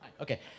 Okay